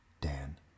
Dan